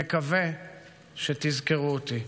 מקווה שתזכרו אותי".